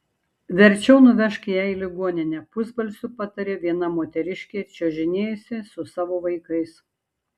verčiau nuvežk ją į ligoninę pusbalsiu patarė viena moteriškė čiuožinėjusi su savo vaikais